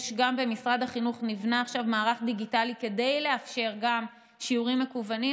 במשרד החינוך נבנה עכשיו מערך דיגיטלי כדי לאפשר גם שיעורים מקוונים,